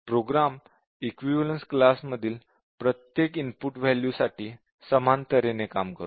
programme equivalence class मधील प्रत्येक input वॅल्यूसाठी समान तऱ्हेने काम करतो